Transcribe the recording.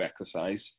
exercise